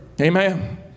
amen